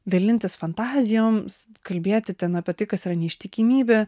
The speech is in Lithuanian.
dalintis fantazijomis kalbėti ten apie tai kas yra neištikimybė